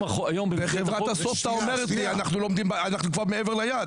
וחברת אסופתא אומרת לי אנחנו כבר מעבר ליעד,